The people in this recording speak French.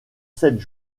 sept